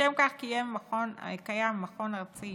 לשם כך קיים מכון ארצי